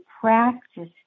practice